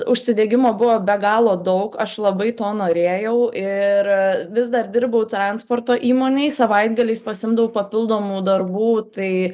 užsidegimo buvo be galo daug aš labai to norėjau ir vis dar dirbau transporto įmonėj savaitgaliais pasiimdavau papildomų darbų tai